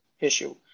issue